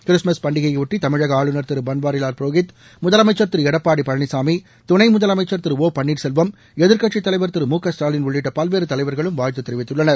Christmas பண்டிகையையொட்டி தமிழக ஆளுநர் திரு பன்வாரிலால் புரோகித் முதலமைச்சர் திரு எடப்பாடி பழனிசாமி துணை முதலமைச்சர் திரு ஒ பன்னீர் செல்வம் எதிர்கட்சி தலைவர் திரு மு க ஸ்டாலின் உள்ளிட்ட பல்வேறு தலைவர்களும் வாழ்த்து தெரிவித்துள்ளனர்